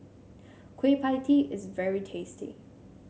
Kueh Pie Tee is very tasty